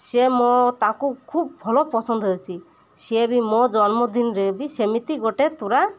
ସିଏ ମୋ ତାକୁ ଖୁବ୍ ଭଲ ପସନ୍ଦ ହେଉଛି ସିଏ ବି ମୋ ଜନ୍ମଦିନରେ ବି ସେମିତି ଗୋଟେ ତୋଡ଼ା